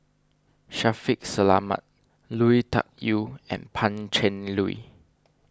Shaffiq Selamat Lui Tuck Yew and Pan Cheng Lui